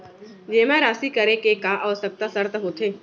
जेमा राशि करे के का आवश्यक शर्त होथे?